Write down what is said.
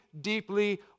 deeply